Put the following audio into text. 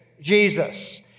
Jesus